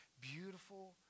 beautiful